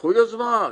קחו יוזמה,